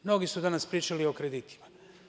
Mnogi su danas pričali o kreditima.